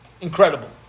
Incredible